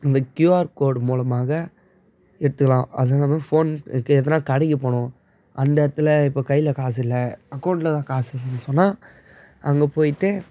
இந்த QR code மூலமாக எடுத்துக்கலாம் அது நம்ம ஃபோனுக்கு எதுனா கடைக்கு போகணும் அந்த இடத்துல இப்போ கையில் காசு இல்லை அக்கவுண்ட்டில் தான் காசு இருக்குதுன்னு சொன்னால் அங்கே போய்ட்டு